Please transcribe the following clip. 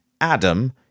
Adam